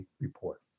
report